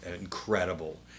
incredible